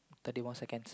thirty more seconds